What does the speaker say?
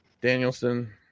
Danielson